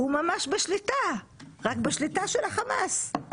הוא ממש בשליטה, רק בשליטה של החמאס.